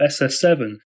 SS7